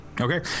Okay